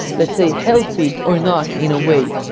let's say, healthy or not in a way?